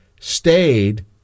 stayed